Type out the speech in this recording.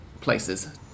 places